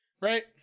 Right